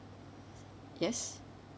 yes